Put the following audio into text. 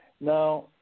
Now